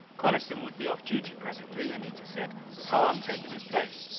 coniston would be off duty presently, anita said, with hahn taking his place.